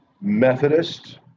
Methodist